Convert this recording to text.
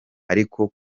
ariko